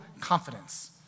confidence